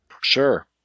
Sure